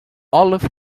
olive